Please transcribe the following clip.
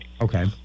Okay